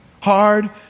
hard